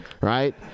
right